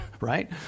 right